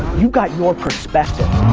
you got your perspective.